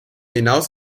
hinaus